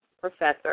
professor